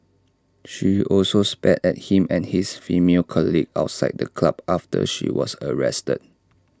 she also spat at him and his female colleague outside the club after she was arrested